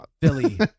Billy